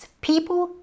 people